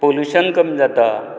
pollution कमी जाता